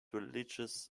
religious